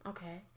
Okay